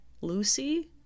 Lucy